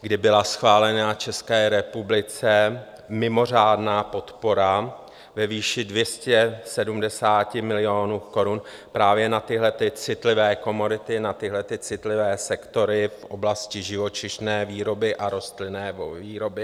kdy byla schválena České republice mimořádná podpora ve výši 270 milionů korun právě na tyhle citlivé komodity, na tyhle citlivé sektory v oblasti živočišné výroby a rostlinné výroby.